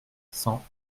cent